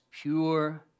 pure